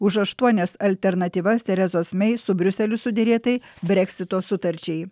už aštuonias alternatyvas teresos mei su briuseliu suderėtai breksito sutarčiai